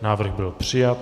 Návrh byl přijat.